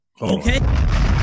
Okay